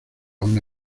una